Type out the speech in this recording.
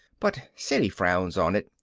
but siddy frowns on it,